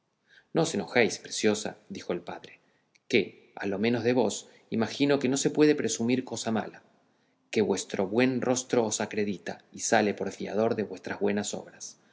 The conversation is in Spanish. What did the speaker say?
no os enojéis preciosa dijo el padre que a lo menos de vos imagino que no se puede presumir cosa mala que vuestro buen rostro os acredita y sale por fiador de vuestras buenas obras